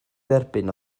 dderbyn